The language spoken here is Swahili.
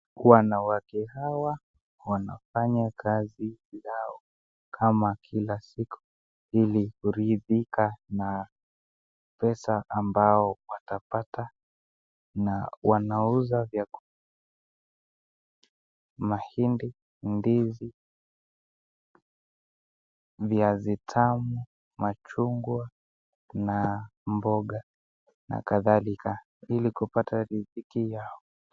Wanawake hawa wanafanya kazi yao kama kila siku ili kuridhika na pesa ambao watapata na wanauza vyakula mahindi, ndizi, viazi tamu, machungwa na mboga na kadhalika ili kupata riziki yao.